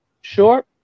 Sure